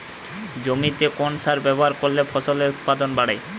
জমিতে কোন সার ব্যবহার করলে ফসলের উৎপাদন বাড়ে?